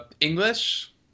English